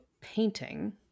painting